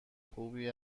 خوبی